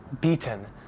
beaten